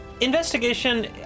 Investigation